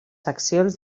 seccions